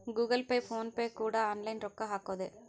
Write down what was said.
Google Pay PhonePe ಕೂಡ online ರೊಕ್ಕ ಹಕೊದೆ